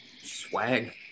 Swag